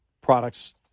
products